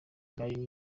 bwari